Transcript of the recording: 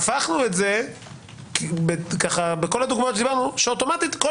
הפכנו את זה בכל הדוגמאות עליהן דיברנו שאוטומטית כל